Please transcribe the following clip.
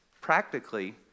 practically